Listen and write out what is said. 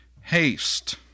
haste